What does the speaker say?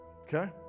Okay